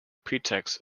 pretext